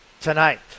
tonight